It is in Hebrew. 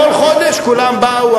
כל חודש כולם באו,